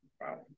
wow